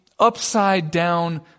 upside-down